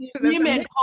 women